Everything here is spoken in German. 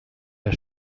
der